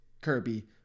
Kirby